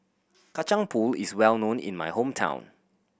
Kacang Pool is well known in my hometown